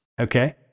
Okay